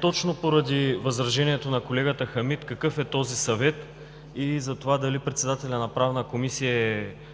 точно поради възражението на колегата Хамид – какъв е този Съвет, и затова дали председателят на Правната комисия е